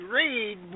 read